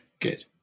Good